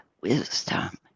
wisdom